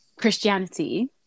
christianity